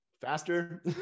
faster